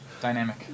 Dynamic